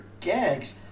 gags